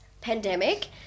pandemic